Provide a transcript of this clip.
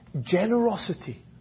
generosity